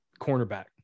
cornerback